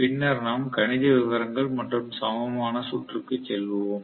பின்னர் நாம் கணித விவரங்கள் மற்றும் சமமான சுற்றுக்கு செல்வோம்